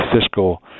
fiscal